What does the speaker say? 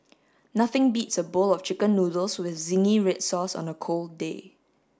nothing beats a bowl of chicken noodles with zingy red sauce on a cold day